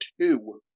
two